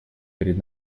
перед